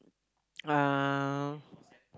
uh